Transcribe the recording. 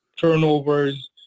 turnovers